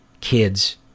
kids